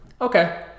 Okay